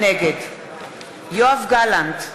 נגד יואב גלנט,